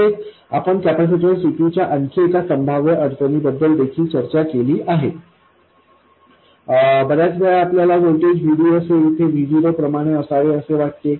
तसेच आपण capacitor C2 च्या आणखी एका संभाव्य अडचणीबद्दल देखील चर्चा केली आहे बर्याच वेळा आपल्याला व्होल्टेज VDS हे इथे V0 प्रमाणेच असावे असे वाटते